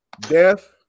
death